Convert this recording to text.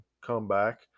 comeback